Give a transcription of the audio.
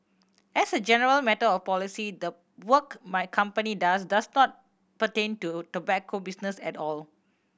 as a general matter of policy the work my company does does not pertain to tobacco business at all